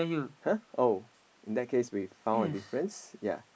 !huh! oh in that case we've found a difference ya